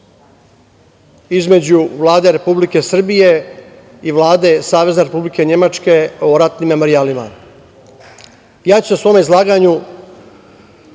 između Vlade Republike Srbije i Vlade Savezne Republike Nemačke o ratnim memorijalima. Ja ću se u svom izlaganju